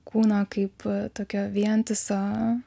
kūną kaip tokia vientisą